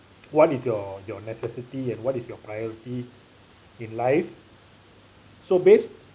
what is your your necessity and what is your priority in life so base